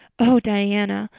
oh, diana,